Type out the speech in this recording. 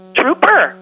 trooper